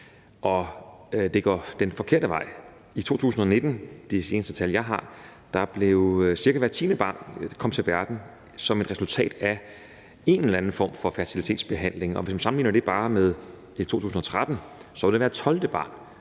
og det går den forkerte vej. I 2019, hvor de seneste tal, jeg har, er fra, kom cirka hvert 10. barn til verden som et resultat af en eller anden form for fertilitetsbehandling, og hvis man sammenligner det med 2013, var det i 2013 hvert